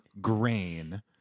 grain